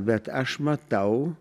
bet aš matau